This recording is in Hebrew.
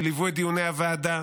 שליוו את דיוני הוועדה.